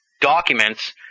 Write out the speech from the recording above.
documents